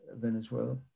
Venezuela